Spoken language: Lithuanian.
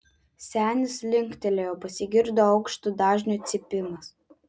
senis linktelėjo pasigirdo aukšto dažnio cypimas